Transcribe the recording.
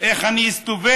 ואיך אני אסתובב,